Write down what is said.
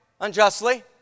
unjustly